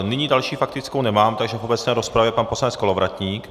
Nyní další faktickou nemám, takže v obecné rozpravě pan poslanec Kolovratník.